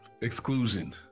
exclusion